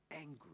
angry